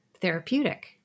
therapeutic